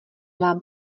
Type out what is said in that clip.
vám